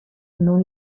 non